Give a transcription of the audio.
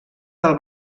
del